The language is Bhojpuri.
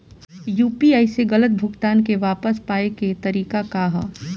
यू.पी.आई से गलत भुगतान के वापस पाये के तरीका का ह?